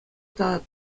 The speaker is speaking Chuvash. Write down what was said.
тата